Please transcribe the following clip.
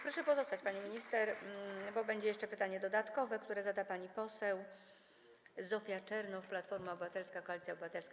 Proszę pozostać, pani minister, bo będzie jeszcze pytanie dodatkowe, które zada pani poseł Zofia Czernow, Platforma Obywatelska - Koalicja Obywatelska.